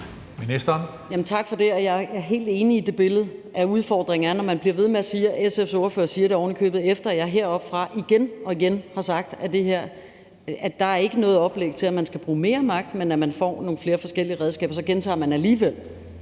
for det. Jeg er helt enig i det billede af, at udfordringen er, at man bliver ved med at sige det. SF's ordfører siger det ovenikøbet, efter at jeg heroppefra igen og igen har sagt, at det her ikke er noget oplæg til, at man skal bruge mere magt, men at man får nogle flere forskellige redskaber. Så gentager man alligevel,